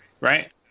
right